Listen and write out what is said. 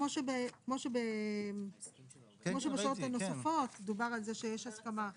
כמו שבשעות הנוספות דובר על זה שיש הסכמה.